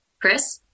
chris